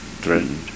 threatened